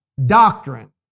Doctrine